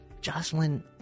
Jocelyn